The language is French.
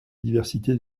diversité